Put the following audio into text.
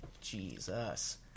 Jesus